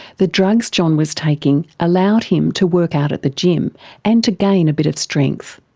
the drugs john was taking allowed him to work out at the gym and to gain a bit of strength.